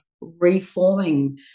reforming